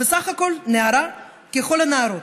בסך הכול נערה ככל הנערות,